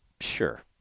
Sure